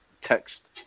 text